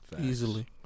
Easily